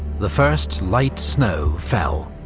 the first light snow fell.